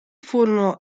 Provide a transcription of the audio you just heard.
furono